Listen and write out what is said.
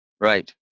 right